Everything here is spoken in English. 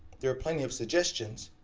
there are plenty of suggestions,